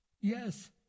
Yes